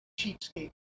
cheapskate